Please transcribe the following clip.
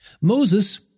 Moses